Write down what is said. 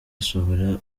asobanura